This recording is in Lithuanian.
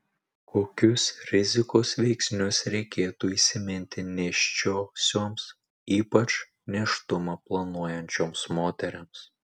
kokius rizikos veiksnius reikėtų įsiminti nėščiosioms ypač nėštumą planuojančioms moterims